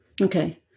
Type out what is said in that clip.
Okay